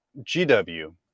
GW